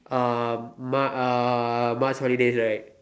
uh mar~ uh March holidays right